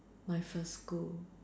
my first school